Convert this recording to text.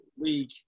league